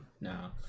no